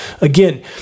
Again